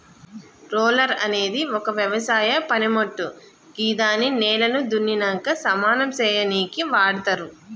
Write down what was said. roller అనేది ఒక వ్యవసాయ పనిమోట్టు గిదాన్ని నేలను దున్నినంక సమానం సేయనీకి వాడ్తరు